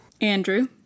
Andrew